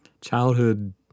childhood